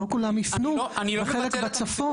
לא כולם יפנו, כמו למשל חלק מהצפון.